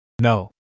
No